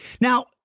Now